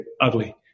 ugly